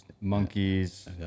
Monkeys